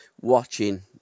watching